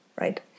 right